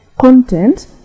content